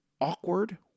awkward